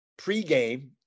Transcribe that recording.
pregame